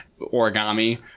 origami